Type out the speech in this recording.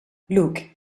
luke